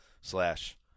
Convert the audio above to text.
slash –